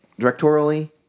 directorially